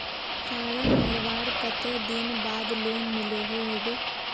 Form भरवार कते दिन बाद लोन मिलोहो होबे?